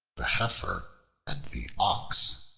the heifer and the ox